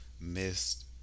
missed